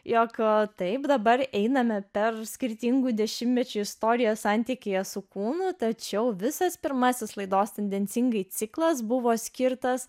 jokio taip dabar einame per skirtingų dešimtmečių istoriją santykyje su kūnu tačiau visas pirmasis laidos tendencingai ciklas buvo skirtas